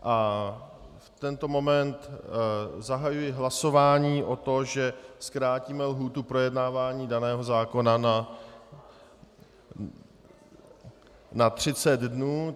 V tento moment zahajuji hlasování o tom, že zkrátíme lhůtu projednávání daného zákona na 30 dnů.